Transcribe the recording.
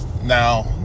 Now